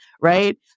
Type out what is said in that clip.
right